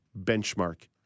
benchmark